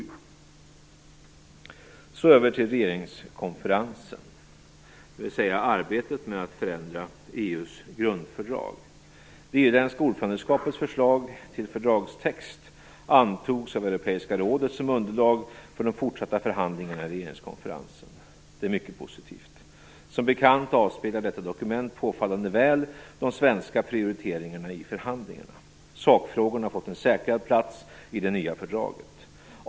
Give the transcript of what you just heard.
Jag går nu över till att tala om regeringskonferensen, dvs. arbetet med att förändra EU:s grundfördrag. Det irländska ordförandeskapets förslag till fördragstext antogs av europeiska unionen som underlag för de fortsatta förhandlingarna i regeringskonferensen. Det är mycket positivt. Som bekant avspeglar detta dokument mycket väl de svenska prioriteringarna i förhandlingarna. Sakfrågorna har fått en säkrad plats i det nya fördraget.